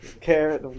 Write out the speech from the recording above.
care